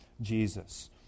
Jesus